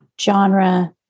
genre